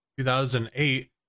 2008